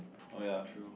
oh ya true